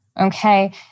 Okay